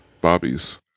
Bobby's